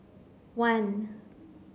one